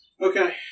Okay